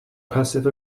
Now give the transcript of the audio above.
passive